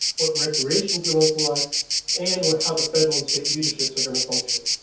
what recreation is going to look like and what how the federal and state leaderships are going to function.